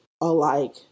alike